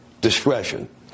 discretion